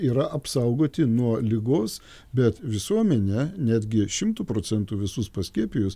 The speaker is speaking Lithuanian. yra apsaugoti nuo ligos bet visuomenė netgi šimtu procentų visus paskiepijus